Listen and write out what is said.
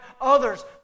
others